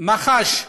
מח"ש,